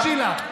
תתביישי לך.